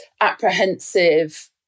apprehensive